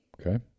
Okay